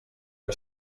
que